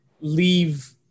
leave